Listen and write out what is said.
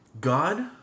God